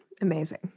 amazing